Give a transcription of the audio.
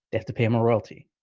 they have to pay him a royalty.